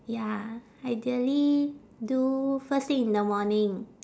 ya ideally do first thing in the morning